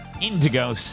indigo